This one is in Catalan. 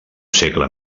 segle